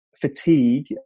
fatigue